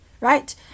right